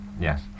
Yes